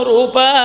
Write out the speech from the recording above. Rupa